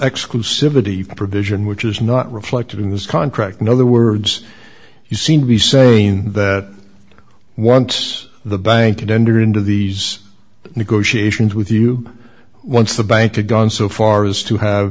exclusivity provision which is not reflected in this contract in other words you seem to be saying that once the bank attender into these negotiations with you once a bank a gun so far as to have